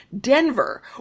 Denver